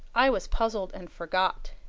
i was puzzled and forgot.